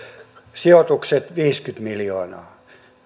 sijoitukset viisikymmentä miljoonaa